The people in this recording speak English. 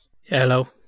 Hello